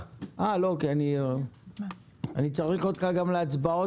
אני צריך אותך גם להצבעות.